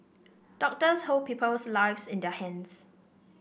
doctors hold people's lives in their hands